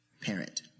parent